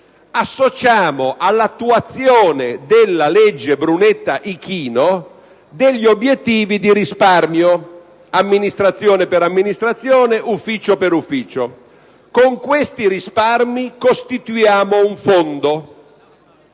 associamo all'attuazione della legge Brunetta‑Ichino obiettivi di risparmio (amministrazione per amministrazione, ufficio per ufficio) e con quei risparmi costituiamo un fondo;